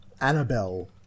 Annabelle